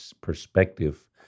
perspective